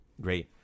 Great